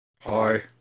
Hi